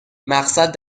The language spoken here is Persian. مقصد